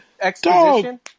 exposition